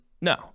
No